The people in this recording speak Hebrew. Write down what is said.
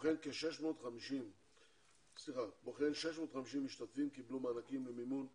כמו כן, 50 משתתפים קיבלו מענקים למימון הכשרות,